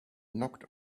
knocked